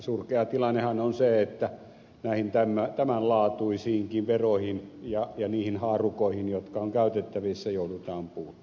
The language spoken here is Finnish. surkea tilannehan on se että näihin tämän laatuisiinkin veroihin ja niihin haarukoihin jotka ovat käytettävissä joudutaan puuttumaan